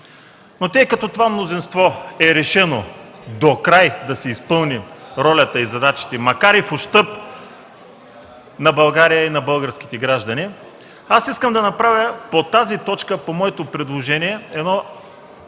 Но тъй като това мнозинство е решено докрай да си изпълни ролята и задачите, макар и в ущърб на България и на българските граждани, аз искам да направя по тази точка по моето предложение едно